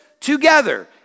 together